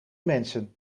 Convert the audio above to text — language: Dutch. mensen